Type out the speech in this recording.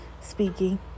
speaking